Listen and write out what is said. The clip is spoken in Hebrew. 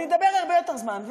אני אדבר הרבה יותר זמן,